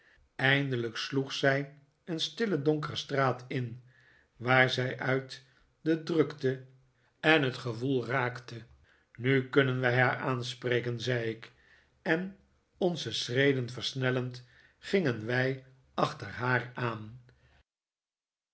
eindelijk sloeg zij een stille donkere straat in waar zij uit de drukte en het gewoel raakte nu kunnen wij haar aanspreken zei ik en onze schreden versnellend gingen wij achter haar aan